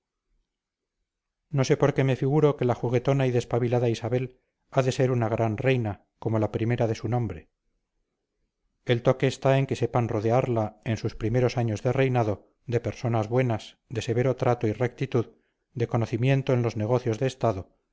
no sé por qué me figuro que la juguetona y despabilada isabel ha de ser una gran reina como la primera de su nombre el toque está en que sepan rodearla en sus primeros años de reinado de personas buenas de severo trato y rectitud de conocimiento en los negocios de estado